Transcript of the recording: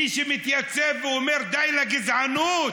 מי שמתייצב ואומר: די לגזענות,